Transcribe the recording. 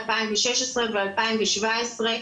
2016 ו- 2017,